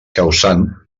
causant